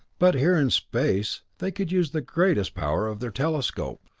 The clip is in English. but here in space they could use the greatest power of their telescope.